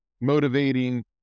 motivating